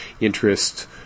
interest